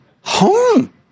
home